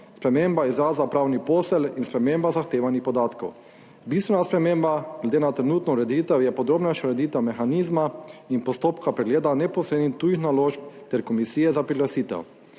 sprememba izraza pravni posel in sprememba zahtevanih podatkov. Bistvena sprememba glede na trenutno ureditev je podrobnejša ureditev mehanizma in postopka pregleda neposrednih tujih naložb ter komisije za priglasitev.